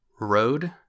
road